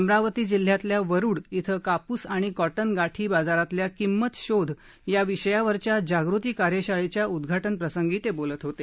अमरावती जिल्ह्यातल्या वरुड इथं काप्स आणि कॉटन गाठी बाजारातल्या किंमत शोध याविषयावरच्या जागृती कार्यशाळेच्या उद्गाटनप्रसंगी ते बोलत होते